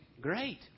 great